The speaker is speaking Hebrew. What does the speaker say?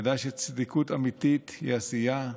ידע שצדיקות אמיתית היא עשייה.